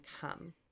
come